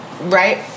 right